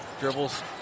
Dribbles